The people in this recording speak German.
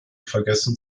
vergessen